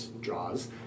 draws